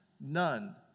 none